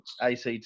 ACT